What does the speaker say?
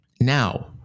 Now